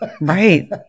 Right